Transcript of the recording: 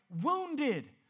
wounded